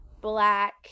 black